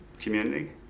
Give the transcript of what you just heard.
community